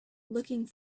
looking